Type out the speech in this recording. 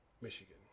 Michigan